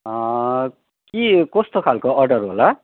के कस्तो खालको अर्डर होला